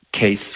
case